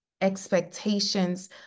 expectations